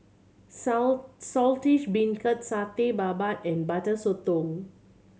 Saltish Beancurd Satay Babat and Butter Sotong